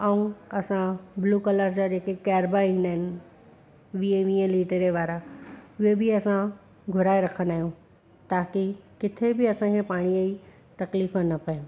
ऐं असां blue colour जा जेके कैर्बा ईंदा आहिनि वीहें वीहें लीटर वारा उहे बि असां घुराइ रखंदा आहियूं ताक़ी किथे बि असांखे पाणीअ जी तकलीफ़ न पए